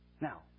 Now